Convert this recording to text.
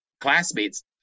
classmates